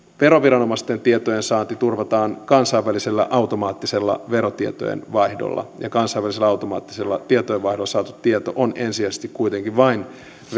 veroviranomaisten tietojen saanti turvataan kansainvälisellä automaattisella verotietojen vaihdolla ja kansainvälisellä automaattisella tietojen vaihdolla saatu tieto on ensisijaisesti kuitenkin vain